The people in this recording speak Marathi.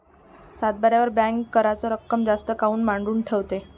सातबाऱ्यावर बँक कराच रक्कम जास्त काऊन मांडून ठेवते?